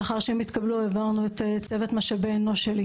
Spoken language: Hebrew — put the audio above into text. לאחר שהם התקבלו העברנו את צוות משאבי אנוש שלי